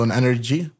energy